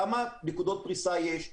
כמה נקודות פריסה יש,